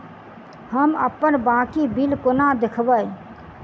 हम अप्पन बाकी बिल कोना देखबै?